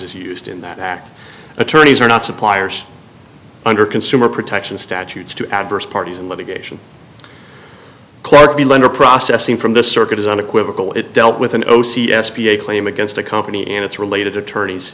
is used in that act attorneys are not suppliers under consumer protection statutes to adverse parties and litigation process seen from this circuit is unequivocal it dealt with an o c s p a claim against a company and its related attorneys